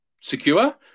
secure